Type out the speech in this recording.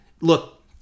Look